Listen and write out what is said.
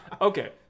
Okay